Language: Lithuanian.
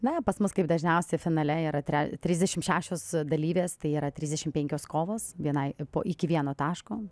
na pas mus kaip dažniausia finale yra tre trisdešimt šešios dalyvės tai yra trisdešimt penkios kovos vienai po iki vieno taško